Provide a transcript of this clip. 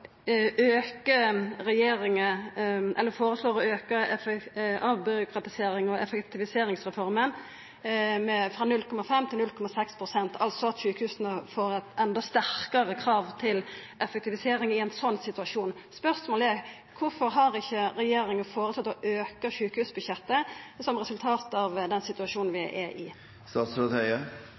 å auka uttaket frå avbyråkratiserings- og effektiviseringsreforma frå 0,5 til 0,6 pst., altså at sjukehusa får eit enno sterkare krav til effektivisering i ein sånn situasjon. Spørsmålet er: Kvifor har ikkje regjeringa føreslått å auka sjukehusbudsjettet som resultat av den situasjonen vi